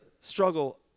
struggle